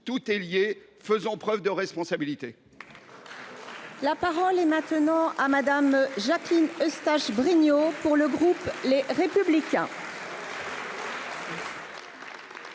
tout est lié. Faisons preuve de responsabilité